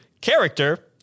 Character